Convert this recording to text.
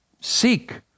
seek